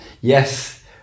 Yes